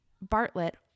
Bartlett